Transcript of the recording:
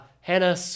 hannah